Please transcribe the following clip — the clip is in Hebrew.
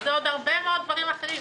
זה עוד הרבה מאד דברים אחרים.